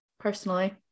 personally